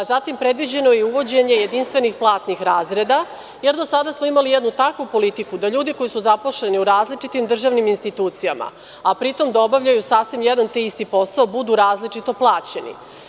Zatim, predviđeno je i uvođenje jedinstvenih platnih razreda, jer do sada smo imali jednu takvu politiku da ljudi koji su zaposleni u različitim institucijama, a pri tom obavljaju jedan isti posao, budu različito plaćeni.